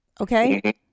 Okay